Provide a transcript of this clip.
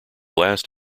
last